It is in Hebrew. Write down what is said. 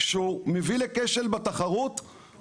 שהוא מביא לכשל בתחרות,